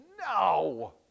no